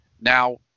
Now